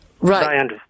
Right